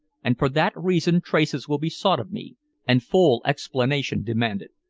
and for that reason traces will be sought of me and full explanation demanded.